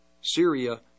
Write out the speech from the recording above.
Syria